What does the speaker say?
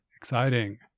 exciting